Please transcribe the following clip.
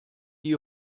die